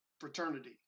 fraternity